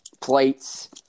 plates